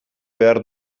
behar